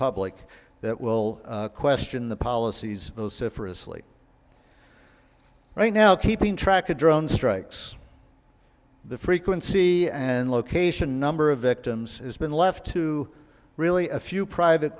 public that will question the policies those sypher asleep right now keeping track of drone strikes the frequency and location number of victims has been left to really a few private